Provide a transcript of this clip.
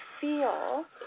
feel